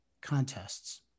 contests